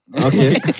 Okay